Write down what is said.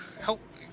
Help